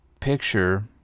picture